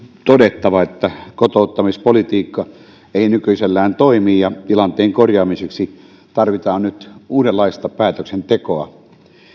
todettava että kotouttamispolitiikka ei nykyisellään toimi ja tilanteen korjaamiseksi tarvitaan nyt uudenlaista päätöksentekoa